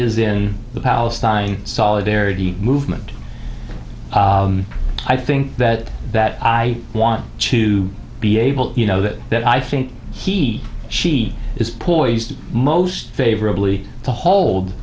is in the palestine solidarity movement i think that that i want to be able you know that that i think he she is poised most favorably to hold